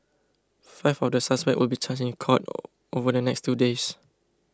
five of the suspects will be charged in court over the next two days